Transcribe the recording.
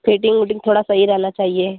fitting ओटिंग थोड़ा सही रहना चाहिए